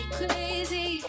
crazy